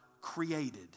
created